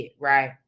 right